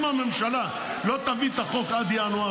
אם הממשלה לא תביא את החוק עד ינואר,